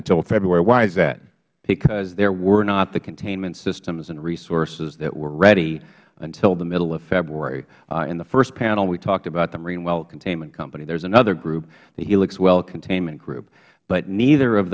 until february why is that mister bromwich because there were not the containment systems and resources that were ready until the middle of february in the first panel we talked about the marine well containment company there's another group the helix well containment group but neither of